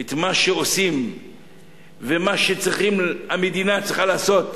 את מה שעושים ואת מה שהמדינה צריכה לעשות,